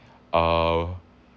err